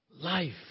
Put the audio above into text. life